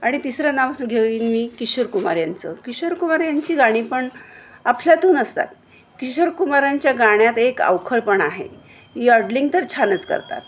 आणि तिसरं नाव घेईन मी किशोर कुमार यांचं किशोर कुमार यांची गाणी पण अफलातून असतात किशोर कुमारांच्या गाण्यात एक अवखळपणा आहे यॉडलिंग तर छानच करतात